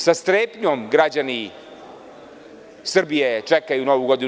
Sa strepnjom građani Srbije čekaju Novu godinu.